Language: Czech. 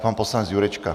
Pan poslanec Jurečka.